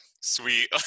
sweet